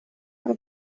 i’m